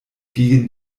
gegen